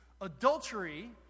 Adultery